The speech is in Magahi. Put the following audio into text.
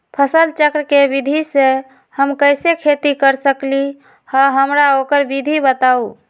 फसल चक्र के विधि से हम कैसे खेती कर सकलि ह हमरा ओकर विधि बताउ?